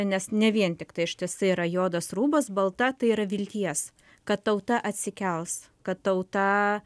nes ne vien tik tai ištisai yra juodas rūbas balta tai yra vilties kad tauta atsikels kad tauta